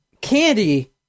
Candy